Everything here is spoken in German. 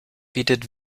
bietet